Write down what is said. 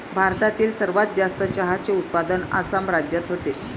भारतातील सर्वात जास्त चहाचे उत्पादन आसाम राज्यात होते